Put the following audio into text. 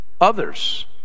others